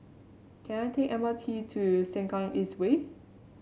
can I take M R T to Sengkang East Way